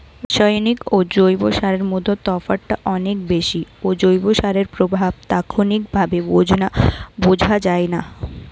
রাসায়নিক ও জৈব সারের মধ্যে তফাৎটা অনেক বেশি ও জৈব সারের প্রভাব তাৎক্ষণিকভাবে বোঝা যায়না